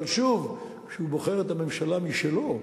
אבל, שוב, כשהוא בוחר את הממשלה משלו,